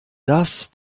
das